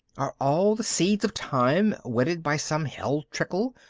are all the seeds of time. wetted by some hell-trickle.